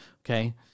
Okay